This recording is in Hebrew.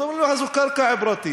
אז אומרים לך: זו קרקע פרטית.